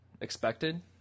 expected